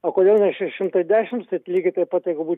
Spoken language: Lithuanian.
o kodėl ne šeši šimtai dešims tai lygiai taip pat jeigu būt